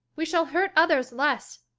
we shall hurt others less.